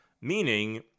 meaning